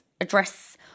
address